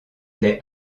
les